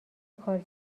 کار